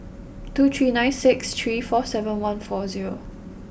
two three nine six three four seven one four zero